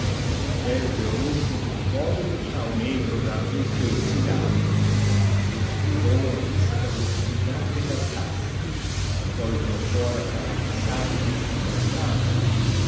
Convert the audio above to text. o roxo dos goivos ao negro da infelicidade desviou a vista do obsidiante cartaz pois não fôra para atiçar tristes lembranças